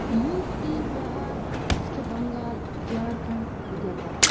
U P Bihar West Bengal Jharkhand Madhya Pradesh